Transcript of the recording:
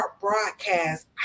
broadcast